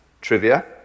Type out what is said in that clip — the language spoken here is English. trivia